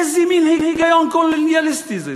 איזה מין היגיון קולוניאליסטי זה?